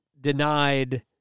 denied